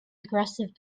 aggressive